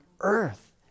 earth